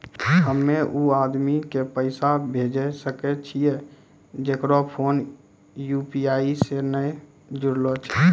हम्मय उ आदमी के पैसा भेजै सकय छियै जेकरो फोन यु.पी.आई से नैय जूरलो छै?